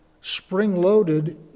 spring-loaded